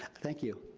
thank you.